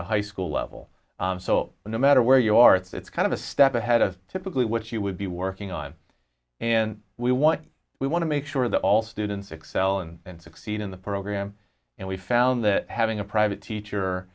a high school level so no matter where you are if it's kind of a step ahead of typically what you would be working on and we want we want to make sure that all students excel and succeed in the program and we found that having a private